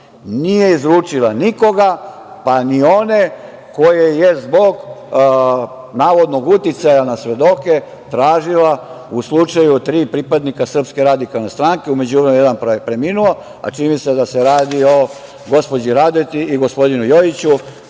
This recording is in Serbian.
nije izručila nikoga, pa ni one koje je zbog navodnog uticaja na svedoke tražila u slučaju tri pripadnika Srpske radikalne stranke, u međuvremenu je jedan preminuo, a čini mi se da se radi o gospođi Radeti i gospodinu Jojiću.